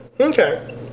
Okay